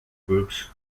groups